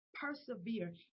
persevere